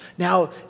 Now